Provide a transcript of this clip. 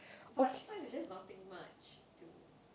but sometimes it's just nothing much too